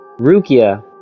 Rukia